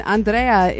Andrea